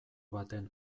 baten